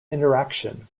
interaction